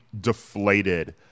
deflated